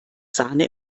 sahne